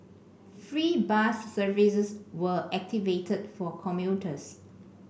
free bus services were activated for commuters